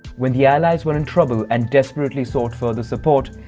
when the allies were in trouble and desperately sought further support,